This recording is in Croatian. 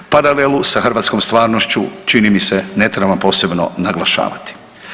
Paralelu sa hrvatskom stvarnošću čini mi se ne trebam posebno naglašavati.